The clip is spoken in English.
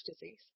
disease